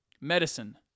medicine